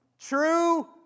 True